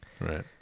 Right